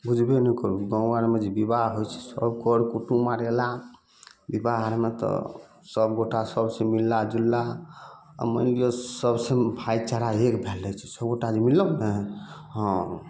बुझबे नहि करबै गाँव आरमे जे बिबाह होइ छै सब कर कुटुंब आर अयला बिबाह आर मे तऽ सब गोटा सबसे मिलला जुलला आ मानि लिअ सबसे भाइचारा एक भए जाइत छै सब गोटा मिलल ने हँ